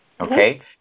Okay